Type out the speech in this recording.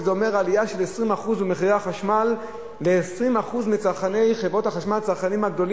שזה אומר עלייה של 20% במחירי החשמל ל-20% מצרכני חברת החשמל,